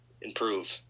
improve